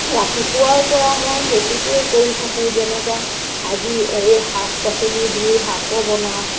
ৰাতিপুৱাৰ পৰা মই সেইটোকে কৰি থাকোঁ যেনেকৈ আজি এই শাক পাচলি ধুই শাকো বনাওঁ